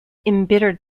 embittered